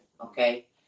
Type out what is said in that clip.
okay